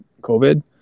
COVID